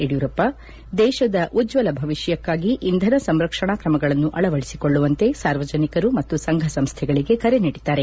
ಯಡಿಯೂರಪ್ಪ ದೇಶದ ಉಜ್ವಲ ಭವಿಷ್ಣಕ್ಕಾಗಿ ಇಂಧನ ಸಂರಕ್ಷಣಾ ಕ್ರಮಗಳನ್ನು ಅಳವಡಿಸಿಕೊಳ್ಳುವಂತೆ ಸಾರ್ವಜನಿಕರು ಮತ್ತು ಸಂಘ ಸಂಸ್ಥೆಗಳಿಗೆ ಕರೆ ನೀಡಿದ್ದಾರೆ